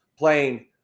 playing